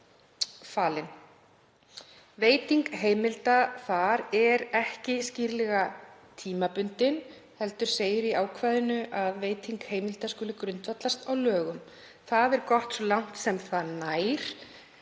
þar er ekki skýrlega tímabundin heldur segir í ákvæðinu að veiting heimilda skuli grundvallast á lögum. Það er gott svo langt sem það nær